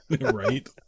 Right